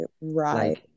Right